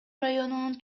районунун